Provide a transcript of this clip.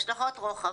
השלכות רוחב.